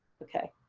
okay.